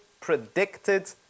predicted